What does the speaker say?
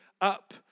up